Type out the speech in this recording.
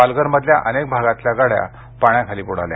पालघरमधल्या अनेक भागातल्या गाड्या पाण्याखाली बुडाल्या